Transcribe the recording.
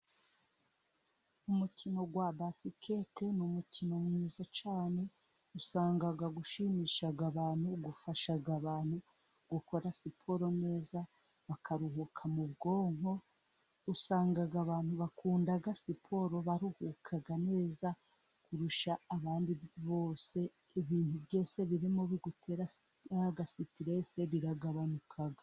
Umukino wa basikete ni umukino mwiza cyane, usanga ushimisha abantu, ufasha abantu gukora siporo neza bakaruhuka mu bwonko, usanga abantu bakunda siporo baruhuka neza kurusha abandi bose, ibintu byose birimo bigutera siteresi biragabanuka.